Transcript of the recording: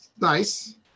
Nice